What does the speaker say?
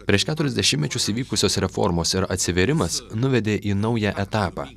prieš keturis dešimtmečius įvykusios reformos ir atsivėrimas nuvedė į naują etapą